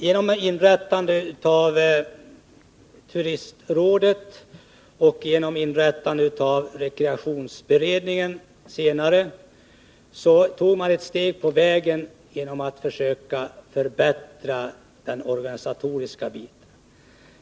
Genom inrättandet av turistrådet och senare även av rekreationsberedningen tog man ett steg på vägen, då man försökte förbättra den organisatoriska biten.